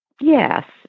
Yes